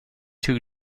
two